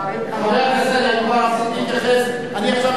לשרים קשה לשמוע את האמת.